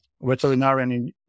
veterinarian